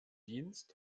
dienst